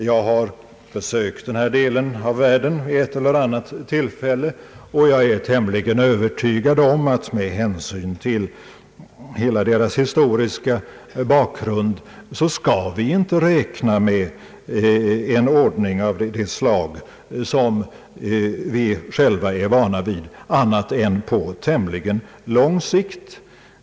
Jag har besökt den delen av världen vid ett eller annat tillfälle och är tämligen övertygad om att med hänsyn till hela dess historiska bakgrund skall vi inte räkna med en demokratisk ordning där av det slag som vi själva är vana vid annat än på tämligen lång sikt.